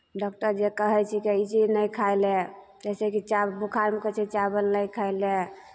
doctor जे कहै छिकै ई चीज नहि खाइ लए जइसे कि चा बुखारमे कहै छिकै चावल नहि खाइ लए